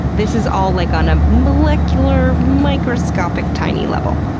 this is all like on a molecular, microscopic, tiny level.